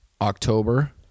October